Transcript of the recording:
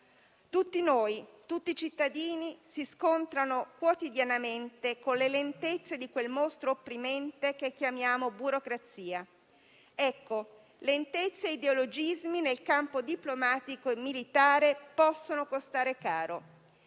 Tutti noi, tutti i cittadini si scontrano quotidianamente con le lentezze di quel mostro opprimente che chiamiamo burocrazia; ma lentezze e ideologismi, nel campo diplomatico e militare, possono costare caro.